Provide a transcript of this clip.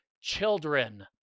children